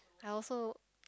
I also